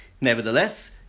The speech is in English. Nevertheless